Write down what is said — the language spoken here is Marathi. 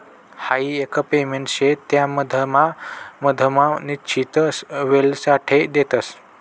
हाई एक पेमेंट शे त्या मधमा मधमा निश्चित वेळसाठे देतस